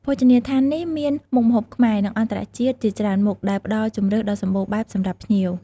ភោជនីយដ្ឋាននេះមានមុខម្ហូបខ្មែរ និងអន្តរជាតិជាច្រើនមុខ ដែលផ្ដល់ជម្រើសដ៏សម្បូរបែបសម្រាប់ភ្ញៀវ។